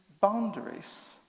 boundaries